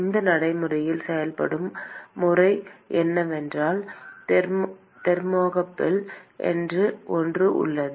இது நடைமுறையில் செய்யப்படும் முறை என்னவென்றால் தெர்மோகப்பிள் என்று ஒன்று உள்ளது